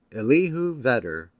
elihu vedder,